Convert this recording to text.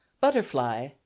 Butterfly